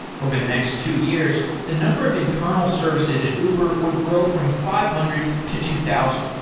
over the next two years, the number of internal services at uber would grow from five hundred to two thousand,